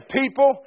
people